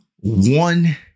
one